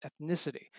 ethnicity